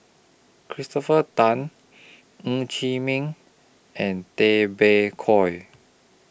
Christopher Tan Ng Chee Meng and Tay Bak Koi